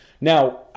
Now